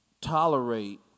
tolerate